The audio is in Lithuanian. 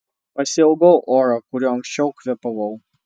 pasiilgau oro kuriuo anksčiau kvėpavau